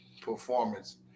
performance